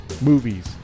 movies